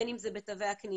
בין אם זה בתווי הקניה,